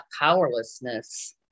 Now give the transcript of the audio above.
powerlessness